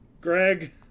greg